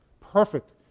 perfect